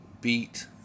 beat